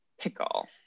pickle